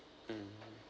mmhmm